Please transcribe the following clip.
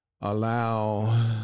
allow